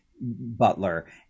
butler